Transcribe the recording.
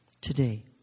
today